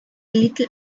little